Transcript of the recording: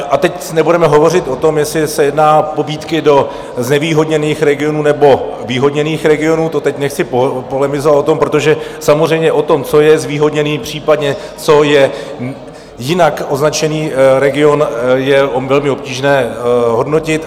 A teď nebudeme hovořit o tom, jestli se jedná o pobídky do znevýhodněných regionů, nebo zvýhodněných regionů, teď o tom nechci polemizovat, protože samozřejmě o tom, co je zvýhodněný, případně co je jinak označený region, je velmi obtížné hodnotit.